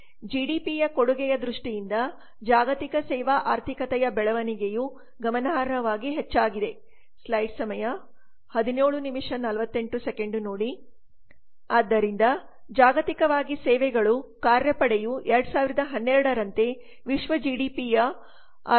ಜಿಡಿಪಿಯ ಕೊಡುಗೆಯ ದೃಷ್ಟಿಯಿಂದ ಜಾಗತಿಕ ಸೇವಾ ಆರ್ಥಿಕತೆಯ ಬೆಳವಣಿಗೆಯೂ ಗಮನಾರ್ಹವಾಗಿ ಹೆಚ್ಚಾಗಿದೆ ಆದ್ದರಿಂದ ಜಾಗತಿಕವಾಗಿ ಸೇವೆಗಳು ಕಾರ್ಯಪಡೆಯು 2012 ರಂತೆ ವಿಶ್ವ ಜಿಡಿಪಿಯ 63